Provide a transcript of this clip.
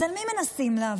אז על מי מנסים לעבוד?